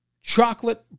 chocolate